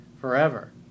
Forever